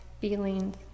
feelings